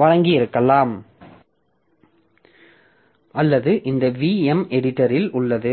வழங்கியிருக்கலாம் அல்லது இந்த விம் எடிட்டரில் உள்ளது